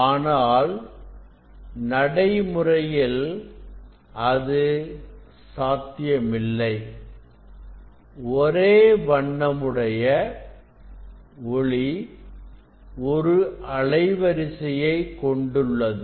ஆனால் நடைமுறையில் இது சாத்தியமில்லை ஒரே வண்ணமுடைய ஒளி ஒரு அலை வரிசையை கொண்டுள்ளது